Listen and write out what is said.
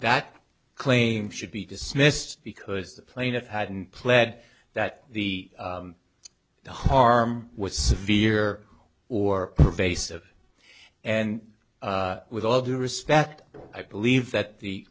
that claim should be dismissed because the plaintiff hadn't pled that the harm was severe or pervasive and with all due respect i believe that the